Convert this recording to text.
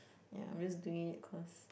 ya I'm just doing it cause